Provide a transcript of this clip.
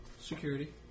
Security